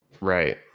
Right